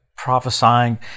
Prophesying